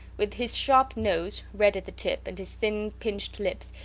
with his sharp nose, red at the tip, and his thin pinched lips,